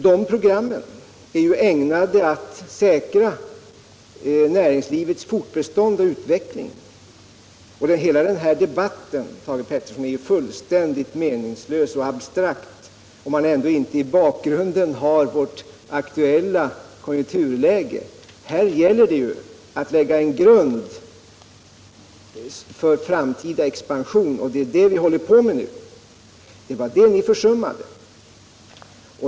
De programmen är ägnade att säkra näringslivets fortbestånd och utveckling. Hela denna debatt, Thage Peterson, är fullständigt meningslös och abstrakt om man inte i bakgrunden ser vårt aktuella konjunkturläge. Här gäller att lägga en grund för framtida expansion, och det är det vi håller på med nu. Det var det ni försummade.